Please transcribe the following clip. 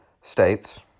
States